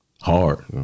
Hard